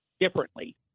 differently